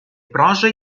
prosa